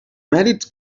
mèrits